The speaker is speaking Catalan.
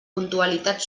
puntualitat